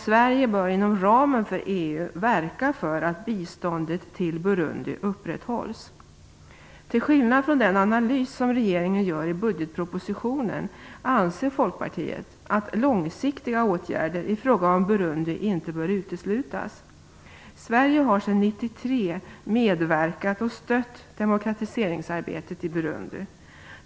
Sverige bör inom ramen för EU verka för att biståndet till Till skillnad från den analys som regeringen gör i budgetpropositionen anser Folkpartiet att långsiktiga åtgärder i fråga om Burundi inte bör uteslutas. Sverige har sedan 1993 medverkat och stött demokratiseringsarbetet i Burundi.